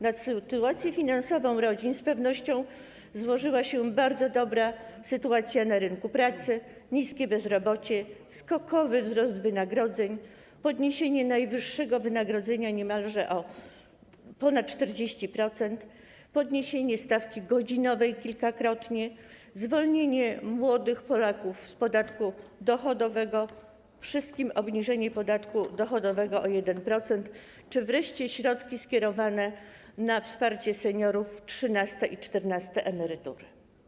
Na sytuację finansową rodzin z pewnością złożyły się bardzo dobra sytuacja na rynku pracy, niskie bezrobocie, skokowy wzrost wynagrodzeń, podniesienie najniższego wynagrodzenia niemalże o ponad 40%, podniesienie stawki godzinowej kilkakrotnie, zwolnienie młodych Polaków z podatku dochodowego, obniżenie podatku dochodowego o 1% wszystkim czy wreszcie środki skierowane na wsparcie seniorów, trzynasta i czternasta emerytura.